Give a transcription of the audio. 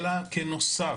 אלא בנוסף.